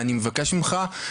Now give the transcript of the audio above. אני מבקש ממך,